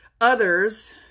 Others